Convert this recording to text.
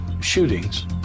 shootings